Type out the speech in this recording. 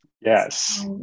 Yes